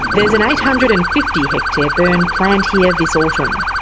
there's an eight hundred and fifty hectare burn planned here this autumn.